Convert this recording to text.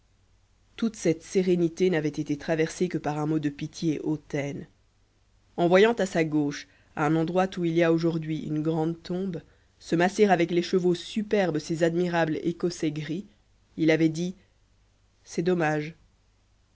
toute cette sérénité n'avait été traversée que par un mot de pitié hautaine en voyant à sa gauche à un endroit où il y a aujourd'hui une grande tombe se masser avec leurs chevaux superbes ces admirables écossais gris il avait dit c'est dommage